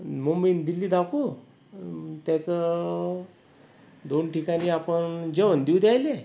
मुंबई न् दिल्ली दाखवू आणि त्याचं दोन ठिकाणी आपण जेवण देऊ त्याइले